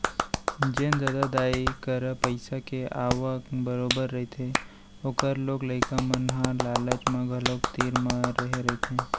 जेन ददा दाई करा पइसा के आवक बरोबर रहिथे ओखर लोग लइका मन ह लालच म घलोक तीर म रेहे रहिथे